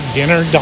dinner